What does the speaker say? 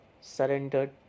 surrendered